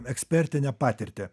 ekspertinę patirtį